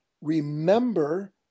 remember